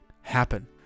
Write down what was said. happen